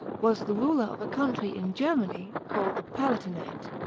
was the ruler of a country in germany called the palatinate.